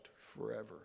forever